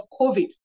COVID